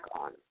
on